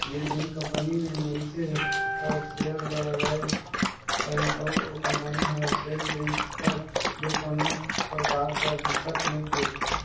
जेन कंपनी में मइनसे हर सेयर ल लगाइस अहे अउ ओ कंपनी हर चइल गइस तब दो कोनो परकार कर दिक्कत नी हे